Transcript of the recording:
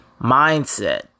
mindset